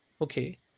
okay